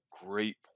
great